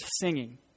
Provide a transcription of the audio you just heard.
singing